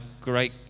great